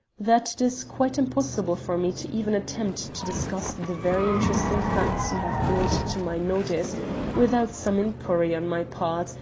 that it is quite impossible for me to even attempt to discuss the very interesting facts you have brought to my notice without some inquiry on my part,